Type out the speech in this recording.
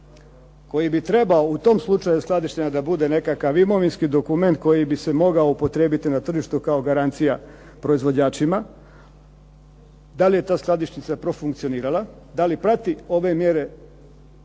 koji bi trebao u tom slučaju skladištenja da bude nekakav imovinski dokument koji bi se mogao upotrijebiti na tržištu kao garancija proizvođačima. Da li je ta skladišnica profunkcionirala? Da li prati ove mjere